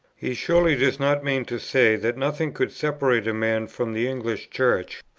he surely does not mean to say, that nothing could separate a man from the english church,